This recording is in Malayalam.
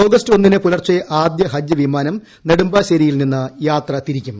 ഓഗസ്റ്റ് ഒന്നിന് പുലർച്ചെട്ടി ആദ്യ ഹജ്ജ് വിമാനം നെടുമ്പാശ്ശേരിയിൽ നിന്ന് യാത്ര തിരിക്കും